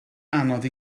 anodd